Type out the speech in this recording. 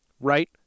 right